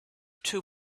two